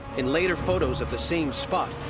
in later photos of the same spot,